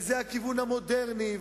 וזה הכיוון המודרני,